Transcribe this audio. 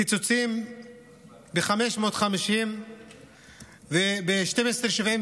קיצוצים ב-550 וב-1279,